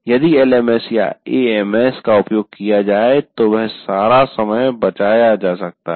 यदि एलएमएस या AMS AMS अकादमिक प्रबंधन प्रणाली का उपयोग किया जाए तो वह सारा समय बचाया जा सकता है